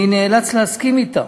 אני נאלץ להסכים אתה.